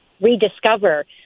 rediscover